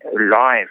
life